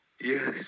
Yes